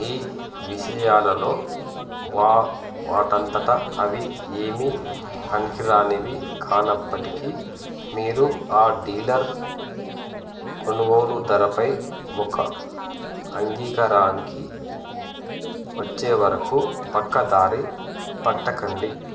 ఈ విషయాలలో వా వాటంతట అవి ఏమీ పనికిరానివి కానప్పటికీ మీరు ఆ డీలర్ కొనుగోలు ధరపై ఒక అంగీకారానికి వచ్చే వరకు పక్కదారి పట్టకండి